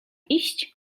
iść